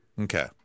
Okay